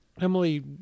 Emily